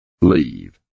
Leave